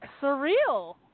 surreal